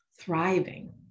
thriving